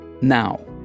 Now